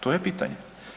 To je pitanje.